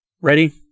Ready